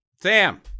Sam